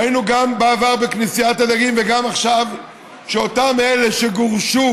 ראינו גם בעבר בכנסיית הדגים וגם עכשיו שאותם אלה שגורשו